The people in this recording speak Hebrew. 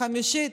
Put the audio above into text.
חמישית,